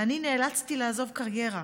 ואני נאלצתי לעזוב קריירה